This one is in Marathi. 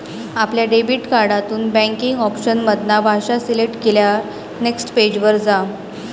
आपल्या डेबिट कार्डातून बॅन्किंग ऑप्शन मधना भाषा सिलेक्ट केल्यार नेक्स्ट पेज वर जा